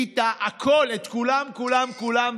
עיט"ה, הכול, כולם כולם כולם.